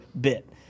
bit